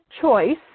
choice